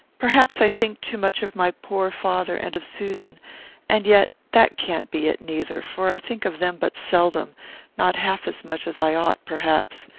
perhaps i think too much of my poor father and of susan and yet that can't be it, neither, for i think of them but seldom not half as much as i ought, perhaps.